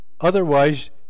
Otherwise